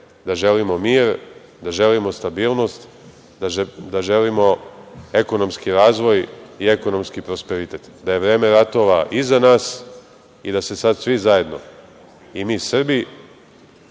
da želimo mir, da želimo stabilnost, da želimo ekonomski razvoj i ekonomski prosperitet, da je vreme ratova iza nas i da se sad svi zajedno i mi Srbi